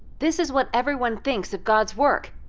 this is what everyone thinks of god's work.